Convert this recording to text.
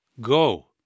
Go